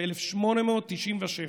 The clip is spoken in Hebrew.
ב-1897.